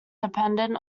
dependent